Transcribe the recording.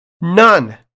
None